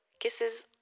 Kisses